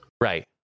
Right